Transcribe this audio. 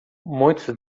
muitos